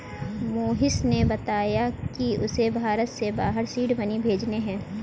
मोहिश ने बताया कि उसे भारत से बाहर सीड मनी भेजने हैं